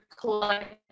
collect